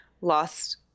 lost